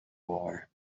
war